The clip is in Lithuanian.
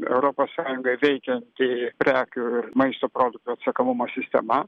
europos sąjungoj veikiant prekių ir maisto produktų atsekamumo sistema